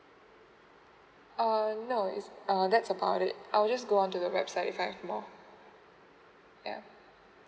oh okay uh that's um I'll just go on to your website five more yeah